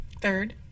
Third